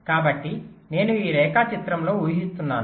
కాబట్టి నేను ఈ రేఖాచిత్రంలో ఊహిస్తున్నాను